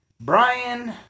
Brian